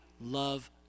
love